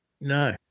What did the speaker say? no